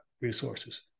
resources